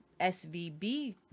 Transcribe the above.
SVB